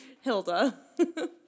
Hilda